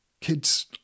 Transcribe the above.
kids